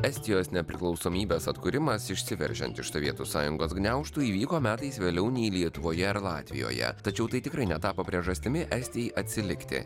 estijos nepriklausomybės atkūrimas išsiveržiant iš sovietų sąjungos gniaužtų įvyko metais vėliau nei lietuvoje ar latvijoje tačiau tai tikrai netapo priežastimi estijai atsilikti